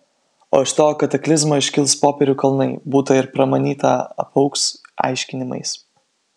o iš to kataklizmo iškils popierių kalnai būta ir pramanyta apaugs aiškinimais